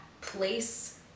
place